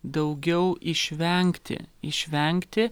daugiau išvengti išvengti